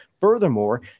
furthermore